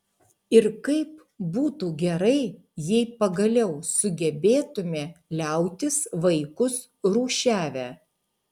ir kaip būtų gerai jei pagaliau sugebėtume liautis vaikus rūšiavę